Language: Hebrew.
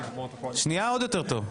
שנייה עוד יותר טוב.